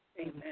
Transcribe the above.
Amen